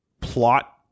plot